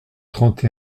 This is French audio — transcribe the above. trente